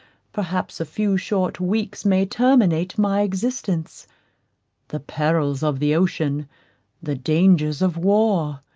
perhaps a few short weeks may terminate my existence the perils of the ocean the dangers of war